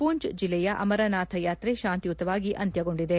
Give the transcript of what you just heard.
ಪೂಂಭ್ ಜಿಲ್ಲೆಯ ಅಮರನಾಥ ಯಾತ್ರೆ ಶಾಂತಿಯುತವಾಗಿ ಅಂತ್ಯಗೊಂಡಿದೆ